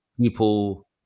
People